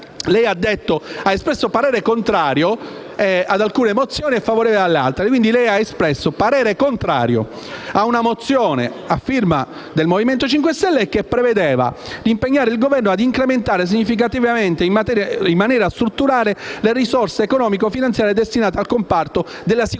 Lei ha espresso parere contrario ad alcune mozioni e parere favorevole ad altre. In particolare, lei ha espresso parere contrario a una mozione, a firma del Movimento 5 Stelle, che prevedeva di impegnare il Governo «ad incrementare significativamente ed in maniera strutturale le risorse economico-finanziarie destinate al comparto della sicurezza